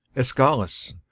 escalus,